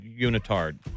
unitard